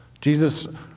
Jesus